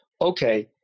okay